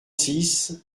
six